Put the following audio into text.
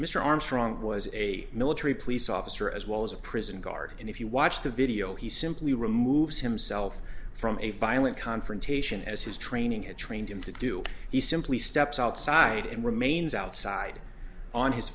armstrong was a military police officer as well as a prison guard and if you watch the video he simply removes himself from a violent confrontation as his training had trained him to do he simply steps outside and remains outside on his